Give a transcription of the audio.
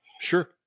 Sure